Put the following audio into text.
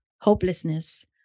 hopelessness